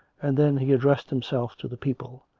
and then he addressed him self to the people,